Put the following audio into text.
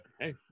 hey